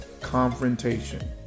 confrontation